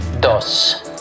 dos